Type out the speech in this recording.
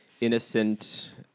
innocent